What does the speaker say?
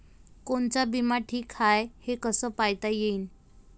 कोनचा बिमा ठीक हाय, हे कस पायता येईन?